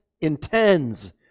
intends